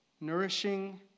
Nourishing